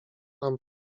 nam